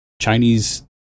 Chinese